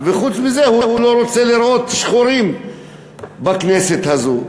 וחוץ מזה הוא לא רוצה לראות שחורים בכנסת הזו,